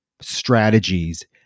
strategies